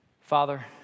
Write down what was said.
Father